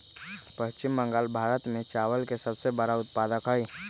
पश्चिम बंगाल भारत में चावल के सबसे बड़ा उत्पादक हई